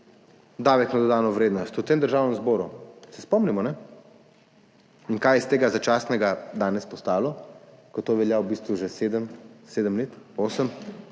davek na dodano vrednost v Državnem zboru? Se spomnimo, ali ne? In kaj je iz tega začasnega danes postalo, kot to velja v bistvu že sedem let, osem?